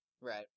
Right